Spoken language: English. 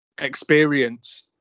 experience